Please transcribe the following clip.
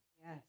Yes